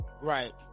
Right